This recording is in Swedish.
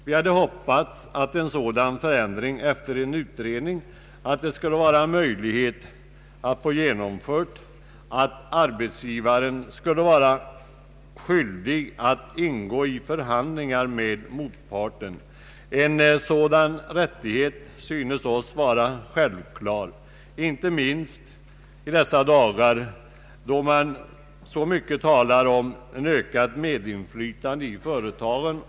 Vi hade hoppats att en sådan förändring efter en utredning skulle vara möjlig att genomföra och att arbetsgivaren skulle vara skyldig att ingå i förhandlingar med motparten. En sådan skyldighet synes oss vara självklar, inte minst i dessa dagar då man talar så mycket om ökat medinflytande i företagen.